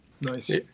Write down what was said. Nice